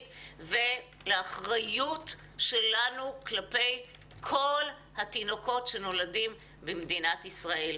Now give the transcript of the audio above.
ולאחריות שלנו כלפי כל התינוקות שנולדים במדינת ישראל.